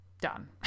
Done